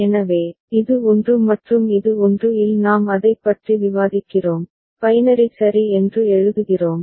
எனவே இது 1 மற்றும் இது 1 இல் நாம் அதைப் பற்றி விவாதிக்கிறோம் பைனரி சரி என்று எழுதுகிறோம்